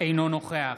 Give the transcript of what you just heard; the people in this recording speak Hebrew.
אינו נוכח